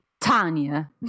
Tanya